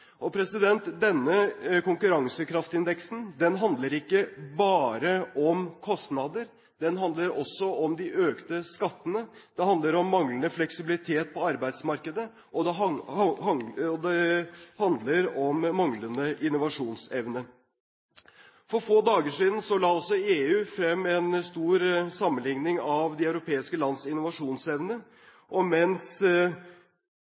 Denne konkurransekraftindeksen handler ikke bare om kostnader; den handler også om de økte skattene, den handler om manglende fleksibilitet på arbeidsmarkedet, og den handler om manglende innovasjonsevne. For få dager siden la EU frem en stor sammenligning av de europeiske lands